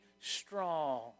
strong